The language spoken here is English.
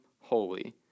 holy